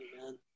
Amen